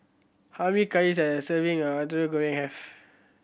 how many calorie does serving of Goreng have